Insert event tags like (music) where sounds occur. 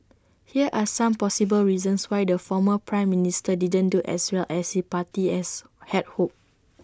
here are some possible (noise) reasons why the former Prime Minister didn't do as well as his party as had hoped